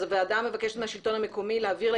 הוועדה מבקשת מהשלטון המקומי להעביר לה